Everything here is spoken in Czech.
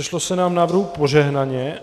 Sešlo se nám návrhů požehnaně.